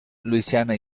luisiana